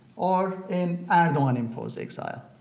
or in erdogan-imposed exile,